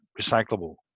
recyclable